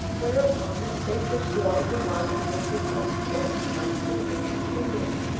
whereupon the sacred blood of the martyrs was beheld flowing out between his fingers.